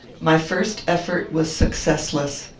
my first effort was successless.